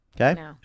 okay